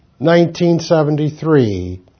1973